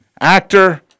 actor